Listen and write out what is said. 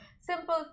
simple